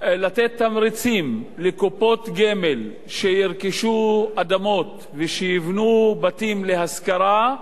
לתת תמריצים לקופות גמל שירכשו אדמות ושיבנו בתים להשכרה,